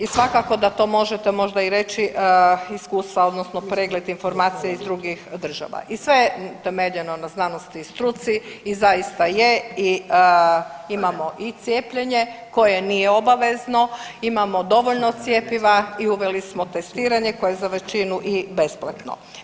I svakako da to možete možda i reći iz iskustva odnosno pregled informacija iz drugih država i sve je utemeljeno na znanosti i struci i zaista je i imamo i cijepljenje koje nije obavezno, imamo dovoljno cjepiva i uveli smo testiranje koje je za većinu i besplatno.